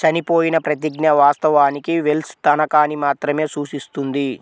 చనిపోయిన ప్రతిజ్ఞ, వాస్తవానికి వెల్ష్ తనఖాని మాత్రమే సూచిస్తుంది